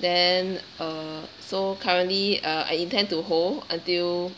then uh so currently uh I intend to hold until